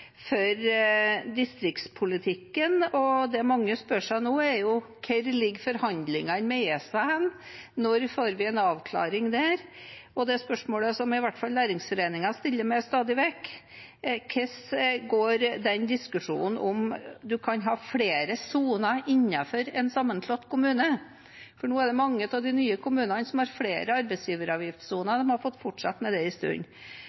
distriktspolitikken, og det mange spør seg om nå, er: Hvor ligger forhandlingene med ESA, og når får vi en avklaring der? Det spørsmålet som i hvert fall næringsforeningene stiller meg stadig vekk, er: Hvordan går diskusjonen om hvorvidt en kan ha flere soner innenfor en sammenslått kommune? Nå er det mange av de nye kommunene som har flere arbeidsgiveravgiftssoner, og de har fått fortsette med det en stund.